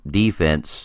defense